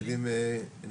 מה זה תלמידים נכים?